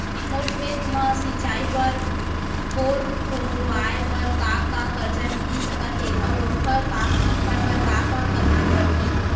मोर खेत म सिंचाई बर बोर खोदवाये बर का का करजा मिलिस सकत हे अऊ ओखर बर का का करना परही?